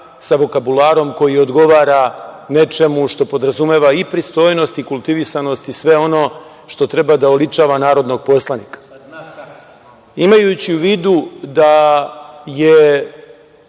sa vokabularom koji odgovara nečemu što podrazumeva i pristojnost i kultivisanost i sve ono što treba da oličava narodnog poslanika. Imajući u vidu da je